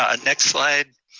ah next slide.